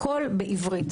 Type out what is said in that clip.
הכל בעברית.